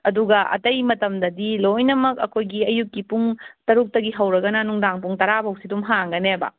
ꯑꯗꯨꯒ ꯑꯇꯩ ꯃꯇꯝꯗꯗꯤ ꯂꯣꯏꯅꯃꯛ ꯑꯩꯈꯣꯏꯒꯤ ꯑꯌꯨꯛꯀꯤ ꯄꯨꯡ ꯇꯔꯨꯛꯇꯒꯤ ꯍꯧꯔꯒꯅ ꯅꯨꯡꯗꯥꯡ ꯄꯨꯡ ꯇꯔꯥꯕꯣꯛꯁꯦ ꯑꯗꯨꯝ ꯍꯥꯡꯒꯅꯦꯕ